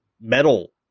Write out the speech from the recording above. metal